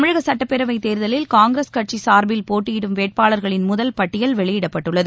தமிழக சட்டப்பேரவைத் தேர்தலில் காங்கிரஸ் கட்சி சார்பில் போட்டியிடும் வேட்பாளர்களின் முதல் பட்டியல் வெளியிடப்பட்டுள்ளது